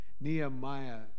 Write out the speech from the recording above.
Nehemiah